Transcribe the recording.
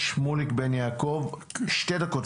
שתי דקות,